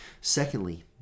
Secondly